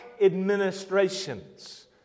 administrations